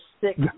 six